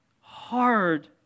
hard